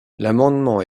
l’amendement